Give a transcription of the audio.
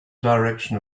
direction